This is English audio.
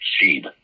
seed